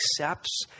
accepts